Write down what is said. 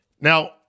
Now